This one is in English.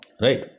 Right